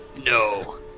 No